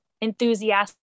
enthusiastic